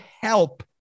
help